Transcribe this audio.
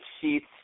sheets